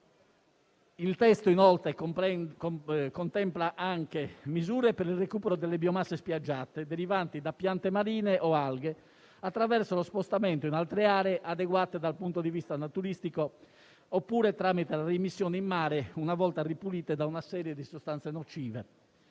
Il testo contempla inoltre misure per il recupero delle biomasse spiaggiate derivanti da piante marine o alghe, attraverso lo spostamento in altre aree adeguate dal punto di vista naturalistico oppure tramite la reimmissione in mare, una volta ripulite da una serie di sostanze nocive.